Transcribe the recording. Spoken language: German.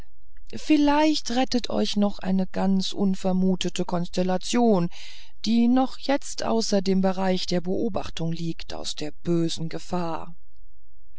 vielleicht rettet euch doch eine ganz unvermutete konstellation die noch jetzt außer dem bereich der beobachtung liegt aus der bösen gefahr